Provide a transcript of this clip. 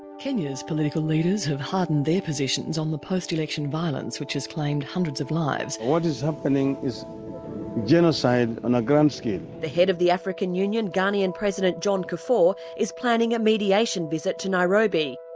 kenya's political leaders have hardened their positions on the post-election violence which has claimed hundreds of lives. what is happening is genocide on a grand scale. the head of the african union, ghanaian president john kafur is planning a mediation visit to nairobi.